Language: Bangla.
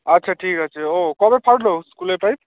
আচ্ছা ঠিক আছে ও কবে ফাটলো স্কুলের পাইপ